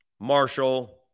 Marshall